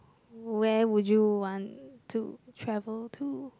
where would you want to travel to